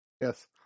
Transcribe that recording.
Yes